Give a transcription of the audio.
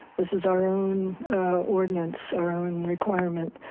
this is our own ordinance, our own requirement,